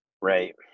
Right